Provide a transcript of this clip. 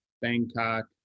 Bangkok